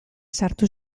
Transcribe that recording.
sartu